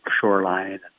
shoreline